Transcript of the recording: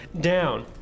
down